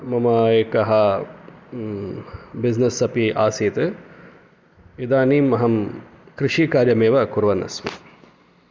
मम एकः बिज्नेस् अपि आसीत् इदानीम् अहं कृषिकार्यम् एव कुर्वन् अस्मि